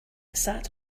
sat